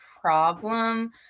problem